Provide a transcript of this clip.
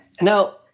now